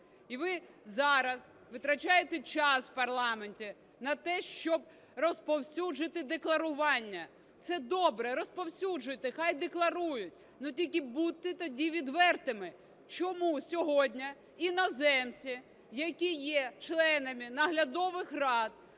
І ви зараз витрачаєте час в парламенті на те, щоб розповсюдити декларування. Це добре, розповсюджуйте, хай декларують, але тільки будьте тоді відвертими. Чому сьогодні іноземці, які є членами наглядових рад